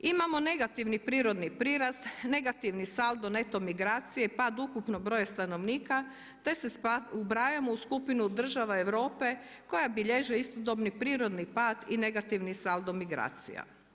Imamo negativni prirodni prirast, negativni saldo netom migracije, pad ukupnog broja stanovnika, te se ubrajamo u skupinu država Europe koja bilježe istodobni prirodni pad i negativni saldo migracija.